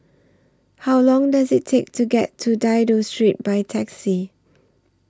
How Long Does IT Take to get to Dido Street By Taxi